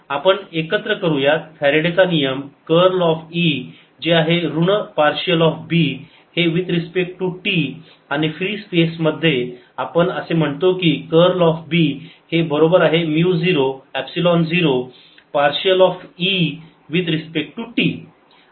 आपण एकत्र करूया फॅरॅडे चा नियम कर्ल ऑफ E जे आहे ऋण पार्शियल ऑफ B हे विथ रिस्पेक्ट टू t आणि फ्री स्पेस मध्ये आपण असे म्हणतो की कर्ल ऑफ B हे बरोबर आहे mu 0 epsilon 0 partial of E with respect to t